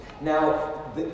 Now